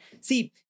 See